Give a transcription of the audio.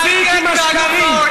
תפסיק עם השקרים.